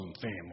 family